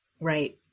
Right